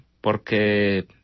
porque